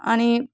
आणि